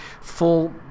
full